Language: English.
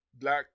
black